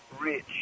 rich